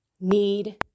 need